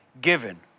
given